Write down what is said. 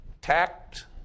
tact